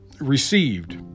received